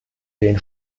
den